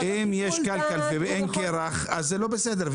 אם יש קלקר ואין קרח, זה לא בסדר.